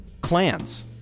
clans